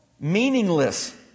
meaningless